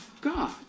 God